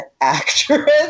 actress